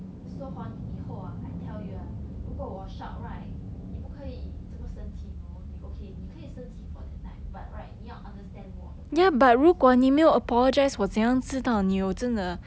so hor 你以后 ah I tell you ah 如果我 shout right 你不可以这么生气 you know 你 okay 你可以生气 for that time but right 你要 understand 我的 point of view